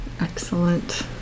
Excellent